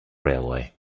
railway